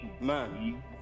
man